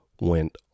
went